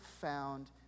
found